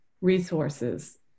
resources